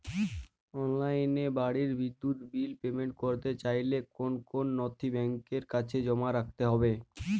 অনলাইনে বাড়ির বিদ্যুৎ বিল পেমেন্ট করতে চাইলে কোন কোন নথি ব্যাংকের কাছে জমা করতে হবে?